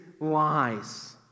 lies